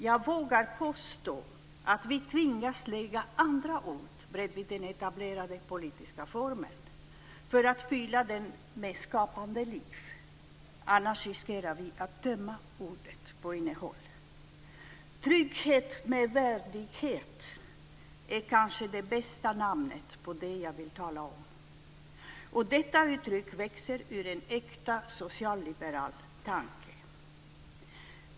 Jag vågar påstå att vi tvingas lägga andra ord bredvid den etablerade politiska formeln för att fylla den med skapande liv; annars riskerar vi att tömma ordet på innehåll. "Trygghet med värdighet" är kanske den bästa benämningen på det som jag vill tala om. Och detta uttryck växer ur en äkta socialliberal tanke.